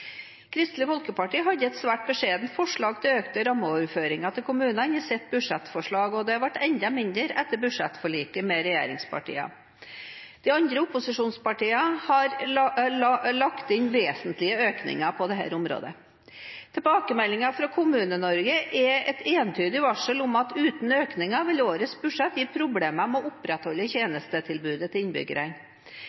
Kristelig Folkeparti hadde et svært beskjedent forslag til økte rammeoverføringer til kommunene i sitt budsjettforslag, og det ble enda mindre etter budsjettforliket med regjeringspartiene. De andre opposisjonspartiene har lagt inn vesentlige økninger på dette området. Tilbakemeldingen fra Kommune-Norge er et entydig varsel om at uten økninger vil årets budsjett gi problemer med å opprettholde